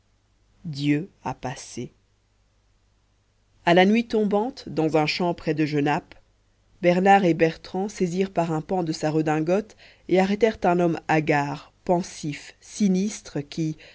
dieu a passé à la nuit tombante dans un champ près de genappe bernard et bertrand saisirent par un pan de sa redingote et arrêtèrent un homme hagard pensif sinistre qui